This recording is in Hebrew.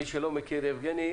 מי שלא מכיר את יבגני,